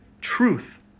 truth